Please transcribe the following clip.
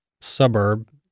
suburb